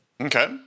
Okay